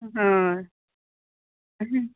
हय